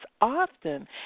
often